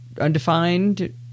undefined